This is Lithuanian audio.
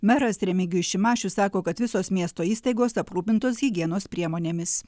meras remigijus šimašius sako kad visos miesto įstaigos aprūpintos higienos priemonėmis